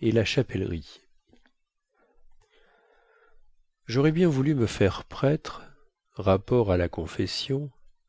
et la chapellerie jaurais bien voulu me faire prêtre rapport à la confession